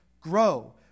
grow